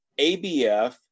ABF